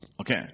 Okay